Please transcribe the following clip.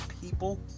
people